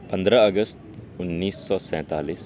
پندرہ اگست انیس سو سینتالیس